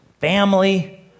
family